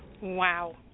Wow